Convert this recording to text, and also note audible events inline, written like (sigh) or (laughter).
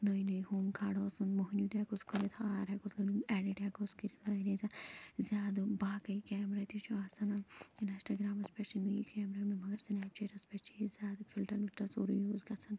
نٔے نٔے ہُم کھاڈٕ ہوس مۄہنیٛو تہِ ہیٚکہٕ ہوس کھٲڈِتھ ہار ہیٚکہٕ ہوس لٲگِتھ ایٚڈِٹ ہیٚکہٕ ہوس کٔرِتھ واریاہ زیادٕ باقٕے کیمرا تہِ چھِ آسان (unintelligible) اِنَسٹاگرٛامَس پٮ۪ٹھ چھِ نٔے کیمرا مےٚ مگر سٕنیپ چیٹَس پٮ۪ٹھ چھِ أسۍ زیادٕ فِلٹَر وِلٹَر سورُے یوٗز گَژھان